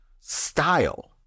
style